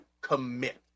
commit